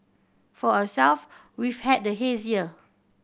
for ourselves we've had the haze year